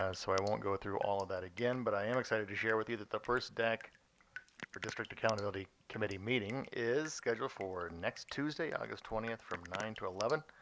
ah so i won't go through all of that again. but i am excited to share with you that the first deck for district accountability committee meeting is scheduled for next tuesday, august twenty from nine zero to eleven